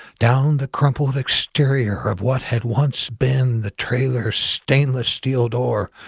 down the crumpled exterior of what had once been the trailer's stainless-steel door,